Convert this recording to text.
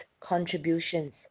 contributions